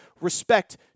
respect